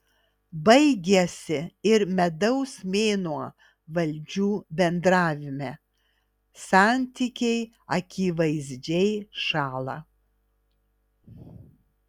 baigiasi ir medaus mėnuo valdžių bendravime santykiai akivaizdžiai šąla